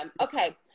Okay